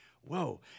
Whoa